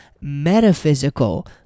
metaphysical